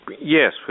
Yes